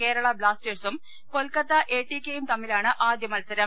കേരള ബ്ലാസ്റ്റേഴ് സും Kolkata A T കെയും തമ്മിലാണ് ആദ്യ മത്സരം